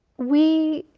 we,